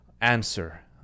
answer